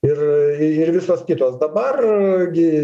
ir ir visos kitos dabar gi